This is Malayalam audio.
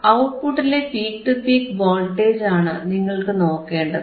ഔട്ട്പുട്ടിലെ പീക് ടു പീക് വോൾട്ടേജ് ആണ് നിങ്ങൾക്കു നോക്കേണ്ടത്